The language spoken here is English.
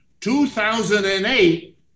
2008